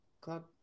club